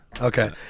Okay